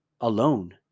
alone